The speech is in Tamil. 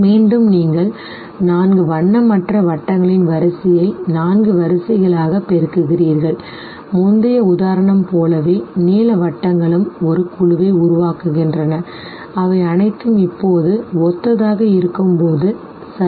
மீண்டும் நீங்கள் நான்கு வண்ணமற்ற வட்டங்களின் வரிசையை நான்கு வரிசைகளாகப் பெருக்குகிறீர்கள் முந்தைய உதாரணம் போலவே நீல வட்டங்களும் ஒரு குழுவை உருவாக்குகின்றன அவை அனைத்தும் இப்போது ஒத்ததாக இருக்கும்போது சரி